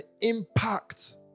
impact